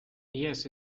yes